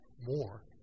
more